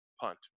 Punt